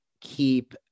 keep